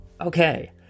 Okay